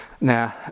Now